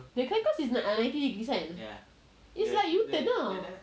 the crank course is ninety degrees kan its like U-turn lah